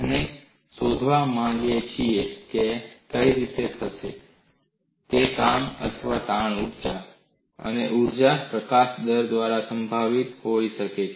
અને આપણે શોધવા માંગીએ છીએ કે આ કેવી રીતે થઈ શકે તે કામ અથવા તાણ ઊર્જા અને ઊર્જા પ્રકાશન દર સાથે સંબંધિત હોઈ શકે છે